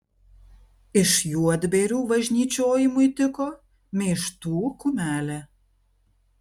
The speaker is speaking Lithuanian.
iš juodbėrių važnyčiojimui tiko meištų kumelė